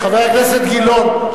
חבר הכנסת גילאון,